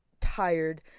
tired